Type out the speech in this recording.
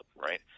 right